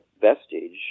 vestige